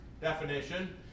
definition